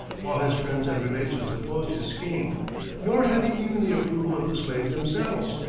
all his friends and relations opposed his scheme nor had he even the approval of the slaves themselves,